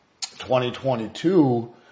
2022